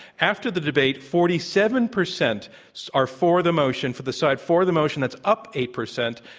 after the debate, forty seven percent are for the motion for the side for the motion. that's up eight percent.